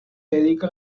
dedica